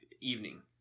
evening